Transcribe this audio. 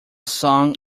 song